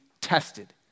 tested